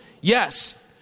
Yes